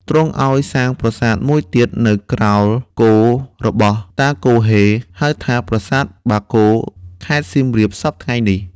ទ្រង់ឲ្យសាងប្រាសាទមួយទៀតនៅក្រោល គោរបស់តាគហ៊េ ហៅថា ប្រាសាទបាគោ ខេត្តសៀមរាបសព្វថៃ្ងនេះ ។